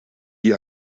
die